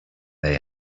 they